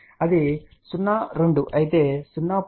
కాబట్టి అది 0 2 అయితే 0